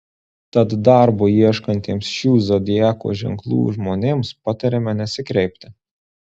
tad darbo ieškantiems šių zodiako ženklų žmonėms patariama nesikreipti